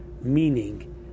meaning